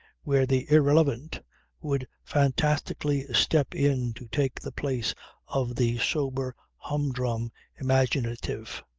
where the irrelevant would fantastically step in to take the place of the sober humdrum imaginative.